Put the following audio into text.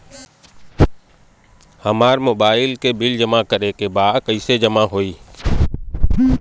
हमार मोबाइल के बिल जमा करे बा कैसे जमा होई?